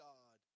God